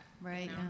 Right